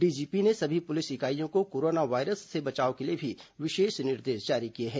DGP ने सभी police इकाईयों को कोरोना वायरस से बचाव के लिए भी विशेष निर्देश जारी किए हैं